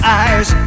eyes